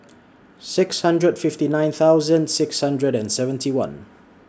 six hundred and fifty nine thousand six hundred and seventy one